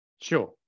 Sure